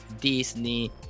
Disney